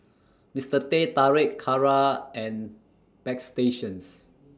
Mister Teh Tarik Kara and Bagstationz